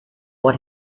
what